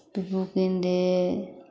पिपहू कीन दे